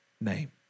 name